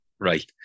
Right